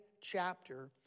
chapter